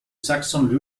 saxon